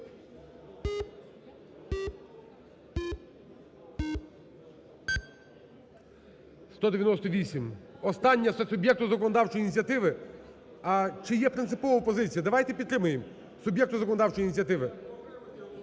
Остання – суб'єкту законодавчої ініціативи. А чи є принципова позиція? Давайте підтримаємо, суб'єкту законодавчої ініціативи.